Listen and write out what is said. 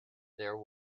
there